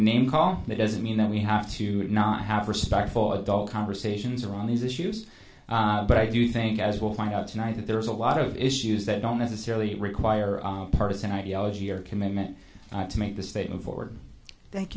name calling it doesn't mean that we have to not have respect for adult conversations around these issues but i do think as well find out tonight that there's a lot of issues that don't necessarily require our partisan ideology or commitment to make the state of forward thank